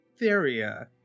Theria